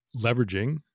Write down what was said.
leveraging